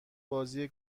بازی